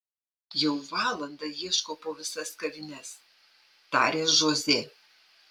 jau valandą ieškau po visas kavines tarė žozė